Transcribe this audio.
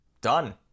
Done